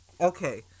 Okay